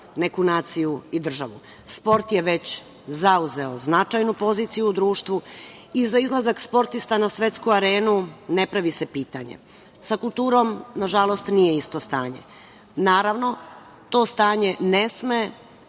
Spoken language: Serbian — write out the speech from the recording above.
neku naciju i državu. Sport je već zauzeo značajnu poziciju u društvu i za izlazak sportista na svetsku arenu ne pravi se pitanje. Sa kulturom, nažalost, nije isto stanje. Naravno, to stanje ne sme